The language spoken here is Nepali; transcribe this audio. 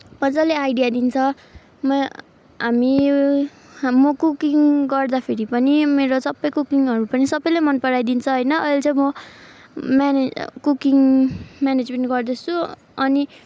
मज्जाले आइडिया दिन्छ म हामी म कुकिङ गर्दाखेरि पनि मेरो सबै कुकिङहरू पनि सबैले मन पराइदिन्छ होइन अहिले चाहिँ म मेने कुकिङ म्यानेजमेन्ट गर्दैछु अनि